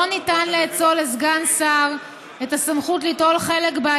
לא ניתן לאצול לסגן שר את הסמכות ליטול את